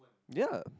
ya